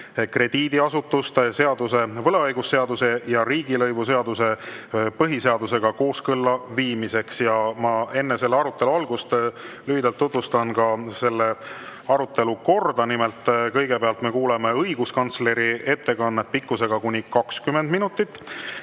krediidiasutuste seaduse, võlaõigusseaduse ja riigilõivuseaduse põhiseadusega kooskõlla viimiseks. Ma enne arutelu algust lühidalt tutvustan ka selle korda. Nimelt, kõigepealt me kuulame õiguskantsleri ettekannet pikkusega kuni 20 minutit,